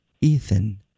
Ethan